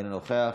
אינו נוכח,